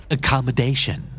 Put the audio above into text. Accommodation